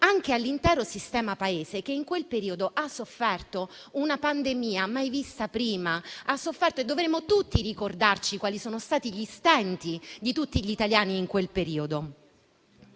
anche all'intero sistema Paese che in quel periodo ha sofferto una pandemia mai vista prima. Dovremmo tutti ricordarci quali sono stati gli stenti di tutti gli italiani in quel periodo.